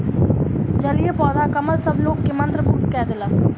जलीय पौधा कमल सभ लोक के मंत्रमुग्ध कय देलक